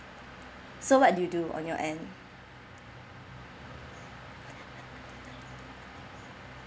so what do you do on your end